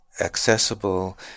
accessible